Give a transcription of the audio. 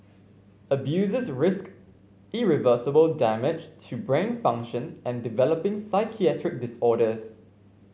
abusers risked irreversible damage to brain function and developing psychiatric disorders